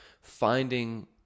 finding